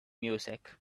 music